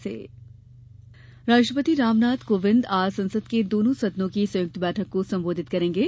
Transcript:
राष्ट्रपति संबोधन राष्ट्रपति रामनाथ कोविंद आज संसद के दोनों सदनों की संयुक्त बैठक को संबोधित करेंगे